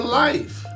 life